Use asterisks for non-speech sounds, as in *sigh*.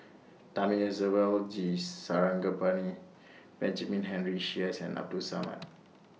Thamizhavel G Sarangapani Benjamin Henry Sheares and Abdul Samad *noise*